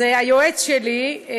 היועץ שלי,